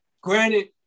Granted